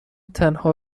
تنها